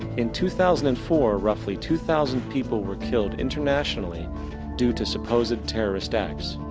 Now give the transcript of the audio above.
in two thousand and four roughly two thousand people were killed internationally due to supposed terrorist acts.